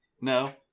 no